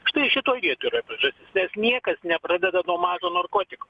štai šitoj vietoj yra priežastis nes niekas nepradeda nuo mažo narkotiko